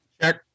Check